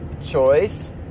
choice